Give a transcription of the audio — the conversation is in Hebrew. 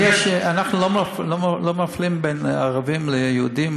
אנחנו לא מפלים בין ערבים ליהודים,